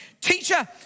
teacher